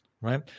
right